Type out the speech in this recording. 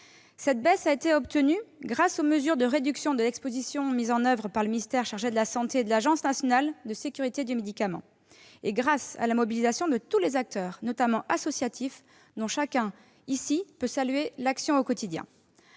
Cette baisse a été obtenue grâce aux mesures de réduction de l'exposition mises en oeuvre par le ministère chargé de la santé et l'Agence nationale de sécurité du médicament et des produits de santé, ainsi qu'à la mobilisation de tous les acteurs, notamment des associations, dont chacun, ici, peut saluer l'action au quotidien.